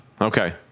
Okay